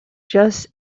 just